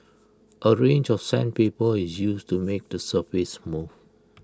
A range of sandpaper is used to make the surface smooth